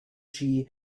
sowie